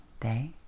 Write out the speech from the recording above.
day